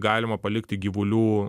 galima palikti gyvulių